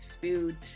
food